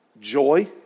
joy